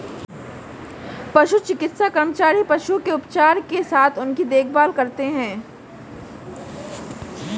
पशु चिकित्सा कर्मचारी पशुओं के उपचार के साथ उनकी देखभाल करते हैं